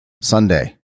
Sunday